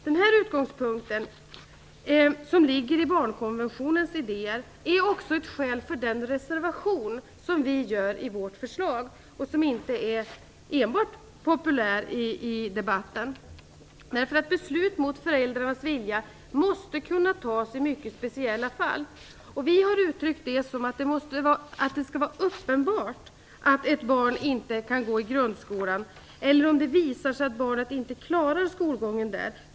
Denna utgångspunkt, som finns i barnkonventionens idéer, är också ett skäl för den reservation som vi gör. Det är inte enbart populärt i debatten. Beslut mot föräldrarnas vilja måste kunna tas i mycket speciella fall. Vi har uttryckt det som att det skall vara uppenbart att ett barn inte kan gå i grundskolan eller att det skall ha visat sig att barnet inte klarar skolgången där.